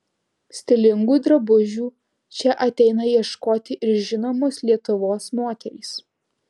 stilingų drabužių čia ateina ieškoti ir žinomos lietuvos moterys